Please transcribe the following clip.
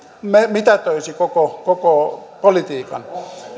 mitätöisi koko koko politiikan